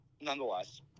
nonetheless